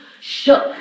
shook